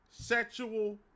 sexual